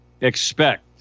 expect